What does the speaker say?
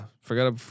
forgot